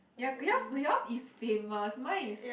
ya yours yours is famous mine is